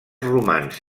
romans